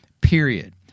period